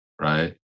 right